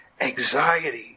anxiety